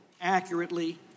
accurately